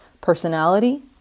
personality